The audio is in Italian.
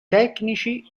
tecnici